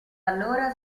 allora